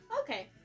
Okay